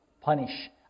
punish